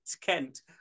Kent